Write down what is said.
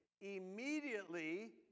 immediately